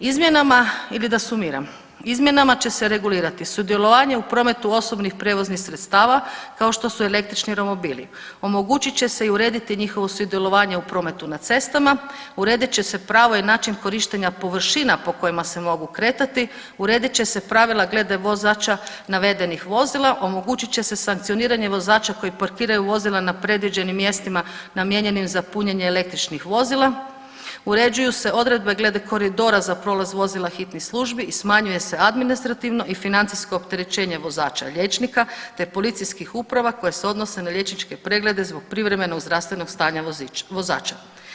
Izmjenama, ili da sumiram, izmjenama će se regulirati sudjelovanje u prometu osobnih prijevoznih sredstava kao što su električni romobili, omogućit će se i urediti njihovo sudjelovanje u prometu na cestama, uredit će se pravo i način korištenja površina po kojima se mogu kretati, uredit će se pravila gleda vozača navedenih vozila, omogućit će se sankcioniranje vozača koji parkiraju vozila na predviđenim mjestima namijenjenim za punjenje električnih vozila, uređuju se odredbe glede koridora za prolaz vozila hitnih službi i smanjuje se administrativno i financijsko opterećenje vozača liječnika, te policijskih uprava koje se odnose na liječničke preglede zbog privremenog zdravstvenog stanja vozača.